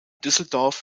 düsseldorf